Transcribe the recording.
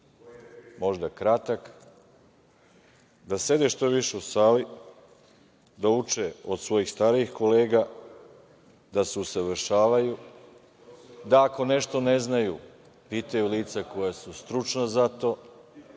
možda kratak, da sede što više u sali, da uče od svojih starijih kolega, da se usavršavaju, da ako nešto ne znaju, pitaju lica koja su stručna za to,